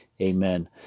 Amen